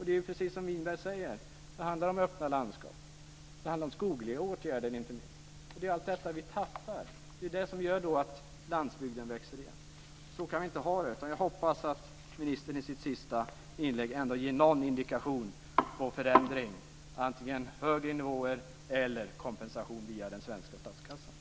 Det är precis som Winberg säger att det handlar om öppna landskap, och inte minst handlar det om skogliga åtgärder. Det är allt detta vi tappar, och det gör att landsbygden växer igen. Så kan vi inte ha det. Jag hoppas att ministern i sitt sista inlägg ger någon indikation på förändring, antingen högre nivåer eller kompensation via den svenska statskassan.